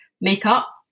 makeup